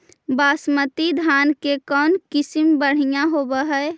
बासमती धान के कौन किसम बँढ़िया होब है?